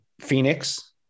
Phoenix